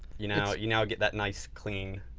you now you now get that nice clean,